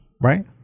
Right